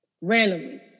randomly